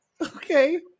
okay